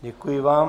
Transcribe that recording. Děkuji vám.